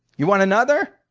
you want another?